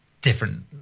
different